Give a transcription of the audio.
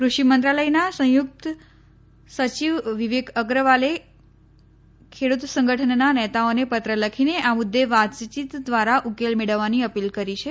કૃષિ મંત્રાલયના સંયુક્ત સચિવ વિવેક અગ્રવાલે ખેડૂત સંગઠનના નેતાઓને પત્ર લખીને આ મુદ્દે વાતચીત દ્વારા ઉકેલ મેળવવાની અપીલ કરી છે